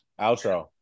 Outro